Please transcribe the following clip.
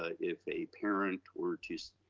ah if a parent or to,